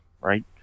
right